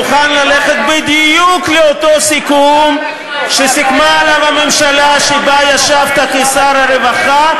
מוכן ללכת בדיוק לאותו סיכום שסיכמה עליו הממשלה שבה ישבת כשר הרווחה,